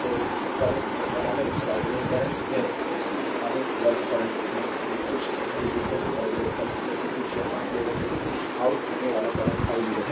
तो करंट में सामान्य रूप से आउटगोइंग करंट है कि आने वाली करंट में से कुछ आउटगोइंग करेंट में से कुछ यहाँ केवल एक आउट होने वाला करंट i 0 है